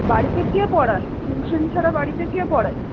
বাড়িতে কে পড়ান টিউশন ছাড়া বাড়িতে কে পড়ায়